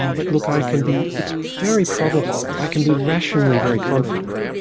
um but look, i can be it's very probable. i can be rationally very confident.